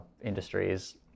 industries